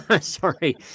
Sorry